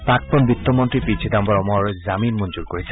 প্ৰাক্তন বিত্ত মন্ত্ৰী পি চিদাম্বৰৰ জামিন মঞ্জুৰ কৰিছে